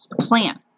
plan